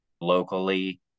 locally